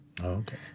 Okay